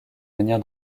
venir